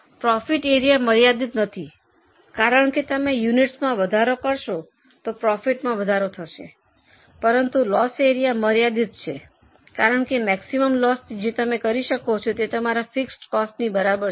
profit area મર્યાદિત નથી કારણ કે તમે યુનિટસમાં વધારો કરશો તો પ્રોફિટમાં વધારો થશે પરંતુ લોસનું એરિયા મર્યાદિત છે કારણ કે મેક્સિમમ લોસ જે તમે કરી શકો છો તે તમારા ફિક્સડ કોસ્ટની બરાબર છે